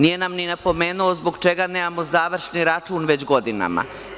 Nije nam ni napomenuo zbog čega nemamo završni račun već godina.